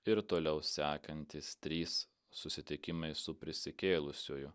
ir toliau sekantys trys susitikimai su prisikėlusiuoju